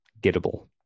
gettable